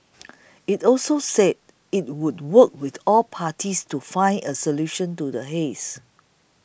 it also said it would work with all parties to find a solution to the haze